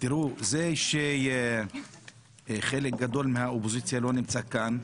זה שחלק גדול מהאופוזיציה לא נמצא כאן,